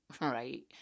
right